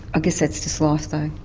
guess that's just life though.